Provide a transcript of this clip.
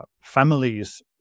families